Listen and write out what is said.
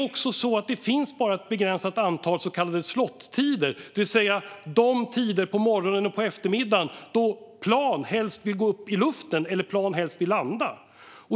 Dessutom finns bara ett begränsat antal så kallade slottider, det vill säga de tider på morgonen och eftermiddagen då plan helst vill gå upp i luften eller landa.